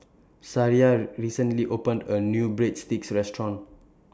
Sariah recently opened A New Breadsticks Restaurant